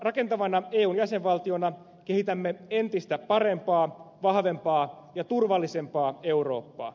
rakentavana eun jäsenvaltiona kehitämme entistä parempaa vahvempaa ja turvallisempaa eurooppaa